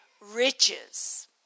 riches